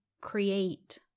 create